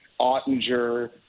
Ottinger